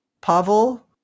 Pavel